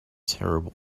terrible